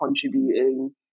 contributing